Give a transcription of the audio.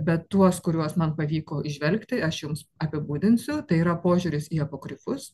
bet tuos kuriuos man pavyko įžvelgti aš jums apibūdinsiu tai yra požiūris į apokrifus